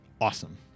awesome